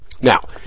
Now